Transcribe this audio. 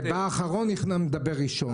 בא אחרון, מדבר ראשון.